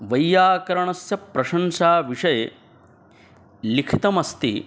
वैय्याकरणस्य प्रशंसाविषये लिखितमस्ति